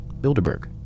Bilderberg